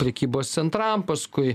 prekybos centram paskui